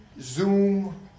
Zoom